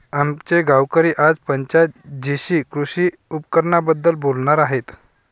आमचे गावकरी आज पंचायत जीशी कृषी उपकरणांबद्दल बोलणार आहेत